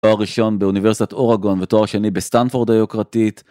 תואר ראשון באוניברסיטת אורגון ותואר שני בסטנפורד היוקרתית.